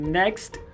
next